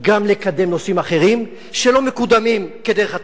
גם לקדם נושאים אחרים שלא מקודמים כדרך הטבע.